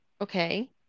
Okay